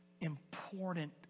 important